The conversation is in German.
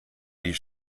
die